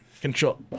Control